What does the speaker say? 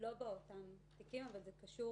לא באותם תיקים אבל זה קשור